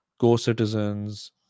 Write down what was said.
co-citizens